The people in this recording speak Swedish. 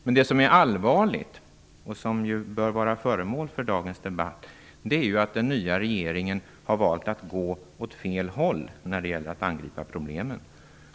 Men det som är allvarligt och som bör vara föremål för dagens debatt är att den nya regeringen har valt att gå åt fel håll när det gäller att angripa problemen.